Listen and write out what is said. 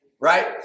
right